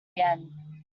yen